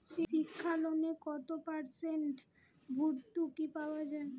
শিক্ষা লোনে কত পার্সেন্ট ভূর্তুকি পাওয়া য়ায়?